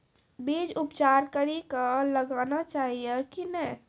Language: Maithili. बीज उपचार कड़ी कऽ लगाना चाहिए कि नैय?